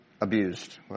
abused